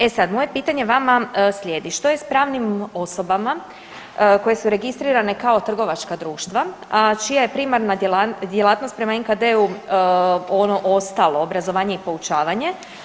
E sad, moje pitanje vama slijedi što je s pravnim osobama koje su registrirane kao trgovačka društva, a čija je primarna djelatnost prema NKD-u ono ostalo obrazovanje i poučavanje?